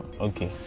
Okay